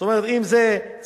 זאת אומרת, אם זה צמוד,